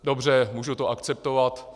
Dobře, můžu to akceptovat.